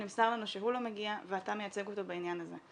נמסר לנו שהוא לא מגיע ואתה מייצג אותו בעניין הזה.